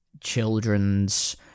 children's